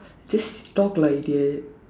just talk lah idiot